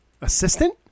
assistant